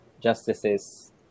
justices